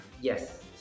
Yes